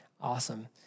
Awesome